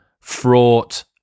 fraught